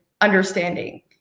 understanding